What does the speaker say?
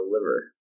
liver